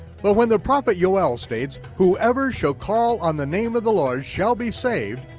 but when the prophet yoel states, whoever shall call on the name of the lord shall be saved,